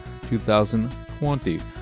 2020